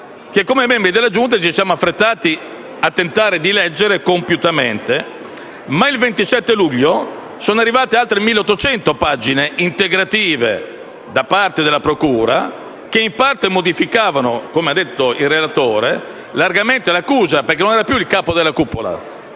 come membri della Giunta, ci siamo affrettati a tentare di leggere compiutamente. Il 27 luglio, però, sono arrivate altre 1.800 pagine integrative da parte della procura, che in parte modificano, come ha detto il relatore, largamente l'accusa. Caridi non era più il capo della cupola,